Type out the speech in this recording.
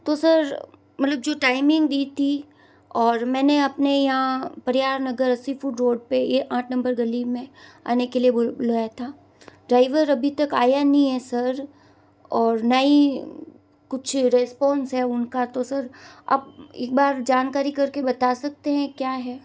तो सर मतलब जो टाइमिंग दी थी और मैं अपने यहाँ परिहार नगर अस्सी रोड पर ये आठ नंबर गली में आने के लिए बुल बुलाया था ड्राइवर अभी तक आया नहीं है सर और नहीं कुछ रिस्पांस है उनका तो सर अब एक बार जानकारी कर के बता सकते हैं क्या है